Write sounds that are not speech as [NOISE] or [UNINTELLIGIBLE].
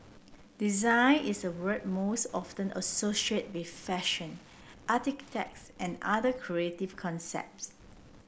design is a word most often associated with fashion [UNINTELLIGIBLE] and other creative concepts